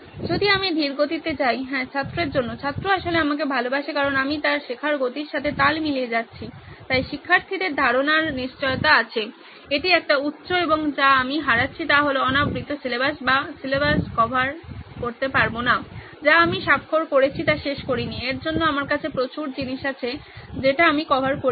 যদি আমি ধীর গতিতে যাই হ্যাঁ ছাত্রের জন্য ছাত্র আসলে আমাকে ভালবাসে কারণ আমি তার শেখার গতির সাথে তাল মিলিয়ে যাচ্ছি তাই শিক্ষার্থীদের ধারণার নিশ্চয়তা আছে এটি একটি উচ্চ এবং যা আমি হারাচ্ছি তা অনাবৃত সিলেবাস যা আমি স্বাক্ষর করেছি তা শেষ করিনি এর জন্য আমার কাছে প্রচুর জিনিস আছে যেটা আমি কভার করিনি